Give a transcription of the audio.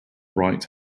right